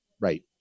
right